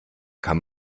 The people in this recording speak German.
kann